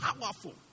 powerful